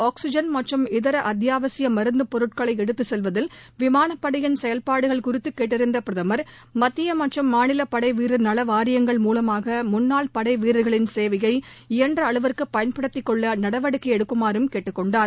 oxygen மற்றும் இதர அத்தியாவசிய மருந்துப் பொருட்களை எடுத்துச் செல்வதில் விமானப் படையின் செயல்பாடுகள் குறித்து கேட்டறிந்த பிரதமர் மத்திய மற்றும் மாநில படைவீரர் நல வாரியங்கள் மூலமாக முன்னாள் படைவீரர்களின் சேவையை இயன்ற அளவுக்கு பயன்படுத்திக் கொள்ள நடவடிக்கை எடுக்குமாறு கேட்டுக் கொண்டார்